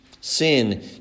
Sin